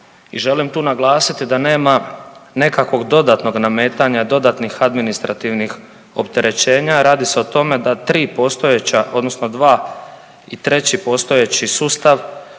I želim tu naglasiti da nema nekakvog dodatnog nametanja, dodatnih administrativnih opterećenja. Radi se o tome da 3 postojeća odnosno 2 i treći postojeći sustav